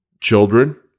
children